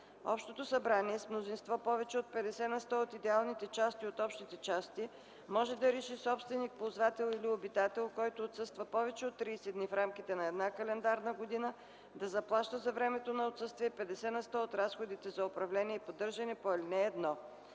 Общото събрание с мнозинство повече от 50 на сто от идеалните части от общите части може да реши собственик, ползвател или обитател, който отсъства повече от 30 дни в рамките на една календарна година да заплаща за времето на отсъствие 50 на сто от разходите за управление и поддържане по ал.